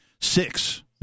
Six